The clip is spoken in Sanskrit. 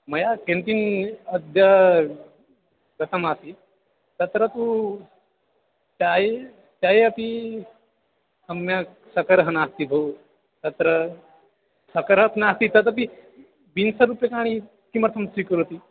मया किं किम् अद्य गतमासीत् तत्र तु छाया छाया पी सम्यक् सकरः नास्ति भो तत्र सकरः नास्ति तदपि विंशतिरूप्यकाणि किमर्थं स्वीकरोति